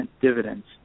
dividends